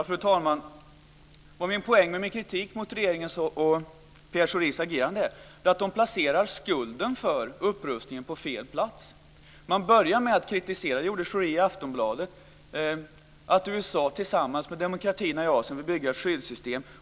Fru talman! Poängen i min kritik mot regeringens och Pierre Schoris agerande är att de placerar skulden för upprustningen på fel plats. Man börjar med att kritisera - det gjorde Schori i Aftonbladet - att USA tillsammans med demokratierna i Asien vill bygga upp ett skyddssystem.